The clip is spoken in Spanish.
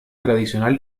tradicional